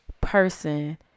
person